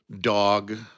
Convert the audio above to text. dog